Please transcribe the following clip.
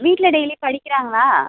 வீட்டில் டெய்லி படிக்கிறாங்களா